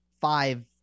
five